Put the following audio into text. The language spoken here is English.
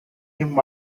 him